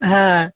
হ্যাঁ